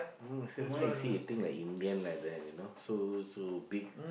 mm say why is he eating like Indian like that you know so so big